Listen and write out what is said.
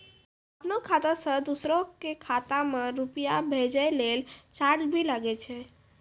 आपनों खाता सें दोसरो के खाता मे रुपैया भेजै लेल चार्ज भी लागै छै?